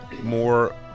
more